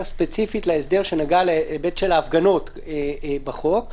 ספציפית להסדר שנגע להיבט של ההפגנות בחוק.